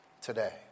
today